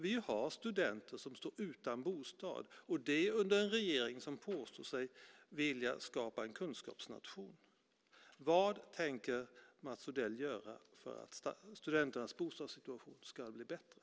Vi har studenter som står utan bostad, och det under en regering som påstår sig vilja skapa en kunskapsnation. Vad tänker Mats Odell göra för att studenternas bostadssituation ska bli bättre?